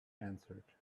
answered